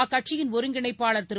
அக்கட்சியின் ஒருங்கிணைப்பாளர் திரு